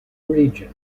region